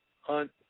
hunt